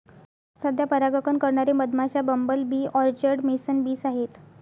सध्या परागकण करणारे मधमाश्या, bumble bee, orchard mason bees आहेत